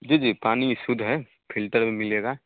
जी जी पानी शुद्ध है फिल्टर मिलेगा